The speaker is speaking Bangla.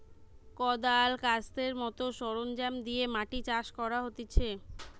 কদাল, কাস্তের মত সরঞ্জাম দিয়ে মাটি চাষ করা হতিছে